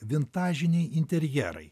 vintažiniai interjerai